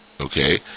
okay